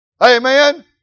Amen